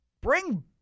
Bring